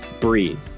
breathe